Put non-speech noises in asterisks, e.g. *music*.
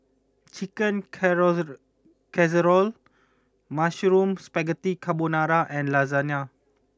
Chicken *unintelligible* Casserole Mushroom Spaghetti Carbonara and Lasagna